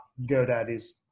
GoDaddy's